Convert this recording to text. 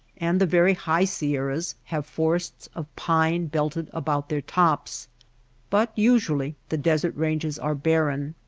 and the very high sierras have forests of pine belted about their tops but usually the desert ranges are barren.